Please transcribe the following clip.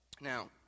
now